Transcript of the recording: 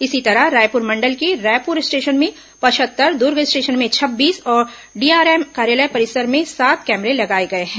इसी तरह रायपुर मंडल के रायपुर स्टेशन में पचहत्तर दुर्ग स्टेशन में छब्बीस और डीआरएम कार्यालय परिसर में सात कैमरे लगाए गए हैं